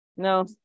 No